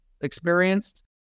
experienced